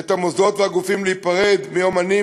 של דבר את המוסדות והגופים להיפרד מאמנים